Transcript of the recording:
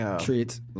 Treats